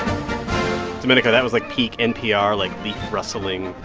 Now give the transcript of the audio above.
domenico, that was like peak npr, like, leaf rustling.